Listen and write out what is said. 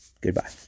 Goodbye